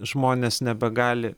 žmonės nebegali